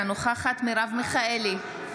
אינה נוכחת מרב מיכאלי,